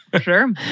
Sure